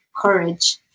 courage